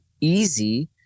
easy